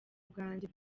bwanjye